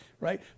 right